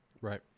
right